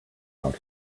out